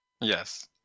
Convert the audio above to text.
Yes